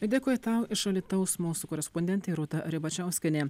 dėkui tau iš alytaus mūsų korespondentė rūta ribačiauskienė